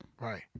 Right